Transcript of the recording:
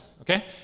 Okay